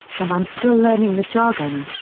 and i'm still learning the jargon.